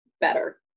better